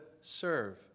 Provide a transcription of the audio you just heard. serve